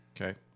Okay